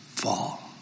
fall